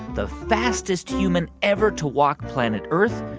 the fastest human ever to walk planet earth,